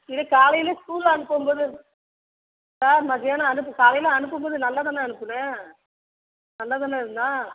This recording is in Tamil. இல்லை காலையில் ஸ்கூல் அனுப்பும் போது சார் மதியானம் அனுப்பு காலையில் அனுப்பும் போது நல்லா தானே அனுப்பின நல்லா தானே இருந்தான்